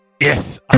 Yes